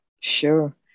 Sure